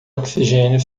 oxigênio